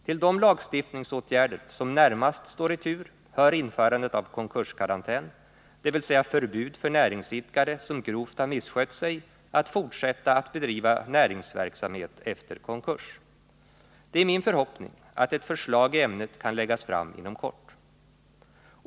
Till de lagstiftningsåtgärder som närmast står i tur hör införandet av konkurskarantän, dvs. förbud för näringsidkare som grovt har misskött sig att fortsätta att bedriva näringsverksamhet efter konkurs. Det är min förhoppning att ett förslag i ämnet kan läggas fram inom kort.